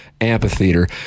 Amphitheater